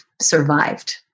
survived